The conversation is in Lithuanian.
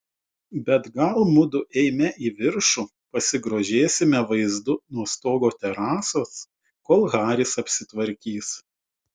bet gal mudu eime į viršų pasigrožėsime vaizdu nuo stogo terasos kol haris apsitvarkys